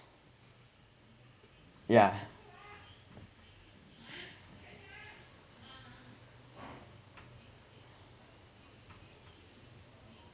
yeah